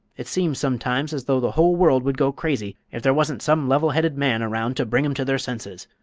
it seems sometimes as though the whole world would go crazy if there wasn't some level-headed man around to bring em to their senses.